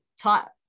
taught